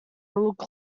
look